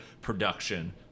production